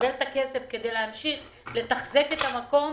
לקבל את הכסף כדי להמשיך לתחזק את המקום